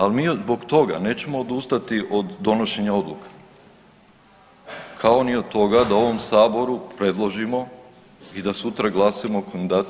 Ali mi zbog toga nećemo odustati od donošenja odluka kao ni od toga da ovom Saboru predložimo i da sutra glasujemo o kandidatu